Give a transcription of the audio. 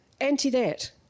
anti-that